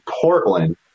Portland